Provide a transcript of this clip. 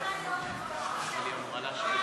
למה את מחכה?